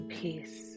peace